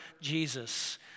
Jesus